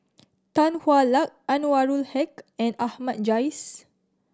Tan Hwa Luck Anwarul Haque and Ahmad Jais